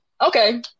okay